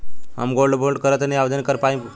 हम gold bond करती आवेदन कर पाईब?